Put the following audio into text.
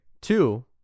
Two